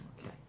Okay